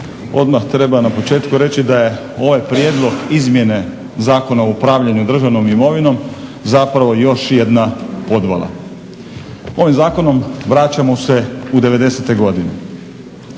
odmah treba na početku reći da je ovaj prijedlog izmjene Zakona o upravljanju državnom imovinom zapravo još jedna podvala. Ovim zakonom vraćamo se u '90-e godine.